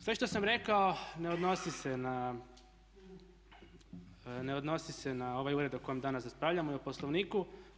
Sve što sam rekao ne odnosi se na ovaj ured o kojem danas raspravljamo i o Poslovniku.